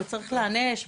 הוא צריך להיענש,